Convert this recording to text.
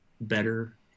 better